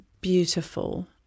beautiful